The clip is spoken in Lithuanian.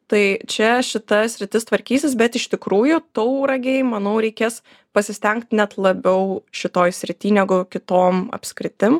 tai čia šita sritis tvarkysis bet iš tikrųjų tauragei manau reikės pasistengt net labiau šitoj srity negu kitom apskritim